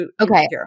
okay